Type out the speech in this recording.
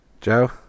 Joe